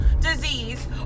disease